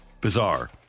bizarre